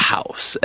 House